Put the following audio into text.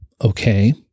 Okay